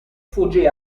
fuggì